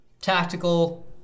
tactical